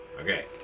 Okay